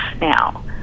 now